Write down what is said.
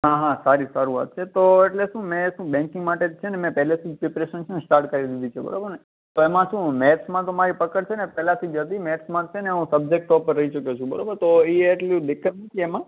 હા હા સારી સારું વાત છે તો એટલે શું મેં શું બેંકિંગ માટે છે ને મેં પહેલેથી જ પ્રિપૅરેશન છે ને સ્ટાર્ટ કરી દીધી છે બરોબર ને તો એમાં શું મેથમાં તો મારી પકડ છે ને પહેલાથી જ હતી મેથમાં છે ને હું સબજેક્ટ ટોપર પર રહી ચૂક્યો છું બરોબર તો એ એટલી દિક્કત નથી એમાં